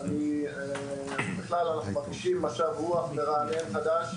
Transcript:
ואנחנו בכלל מרגישים משב רוח מרעננן חדש,